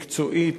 מקצועית,